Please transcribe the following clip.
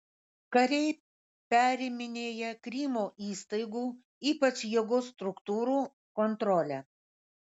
kariai periminėja krymo įstaigų ypač jėgos struktūrų kontrolę